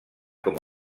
com